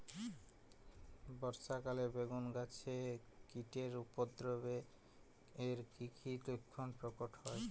বর্ষা কালে বেগুন গাছে কীটের উপদ্রবে এর কী কী লক্ষণ প্রকট হয়?